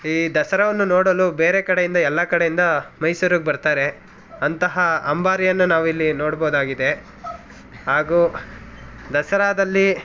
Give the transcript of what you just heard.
ಈ ದಸರವನ್ನು ನೋಡಲು ಬೇರೆ ಕಡೆಯಿಂದ ಎಲ್ಲ ಕಡೆಯಿಂದ ಮೈಸೂರಿಗೆ ಬರ್ತಾರೆ ಅಂತಹ ಅಂಬಾರಿಯನ್ನು ನಾವಿಲ್ಲಿ ನೋಡ್ಬೋದಾಗಿದೆ ಹಾಗೂ ದಸರಾದಲ್ಲಿ